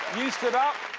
you stood up?